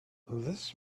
this